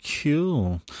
Cool